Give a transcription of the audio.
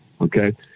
Okay